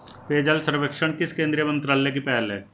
पेयजल सर्वेक्षण किस केंद्रीय मंत्रालय की पहल है?